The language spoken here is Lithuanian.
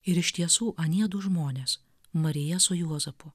ir iš tiesų anie du žmonės marija su juozapu